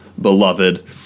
beloved